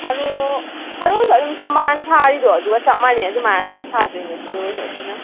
ꯊꯔꯣ ꯊꯔꯣꯁꯨ ꯑꯗꯨꯝ ꯊꯝꯕꯥꯜ ꯊꯥꯔꯤꯗꯣ ꯑꯗꯨꯒ ꯆꯞ ꯃꯥꯟꯅꯩ ꯑꯗꯨꯃꯥꯏꯅ ꯑꯗꯨꯝ ꯊꯥꯗꯣꯏꯅꯦ ꯊꯥꯔꯣꯁꯨ ꯑꯩꯈꯣꯏꯅ